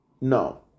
no